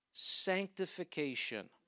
sanctification